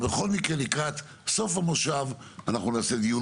בכל מקרה לקראת סוף המושב אנחנו נעשה דיון